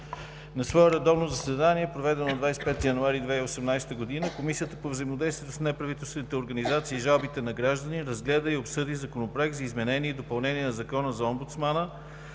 На свое редовно заседание, проведено на 25 януари 2018 г., Комисията по взаимодействието с неправителствените организации и жалбите на гражданите разгледа и обсъди Законопроект за изменение и допълнение на Закона за омбудсмана,